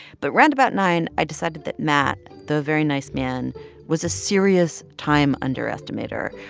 but round about nine, i decided that matt the very nice man was a serious time underestimater,